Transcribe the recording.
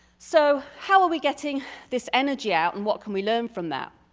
so, how are we getting this energy out and what can we learn from that?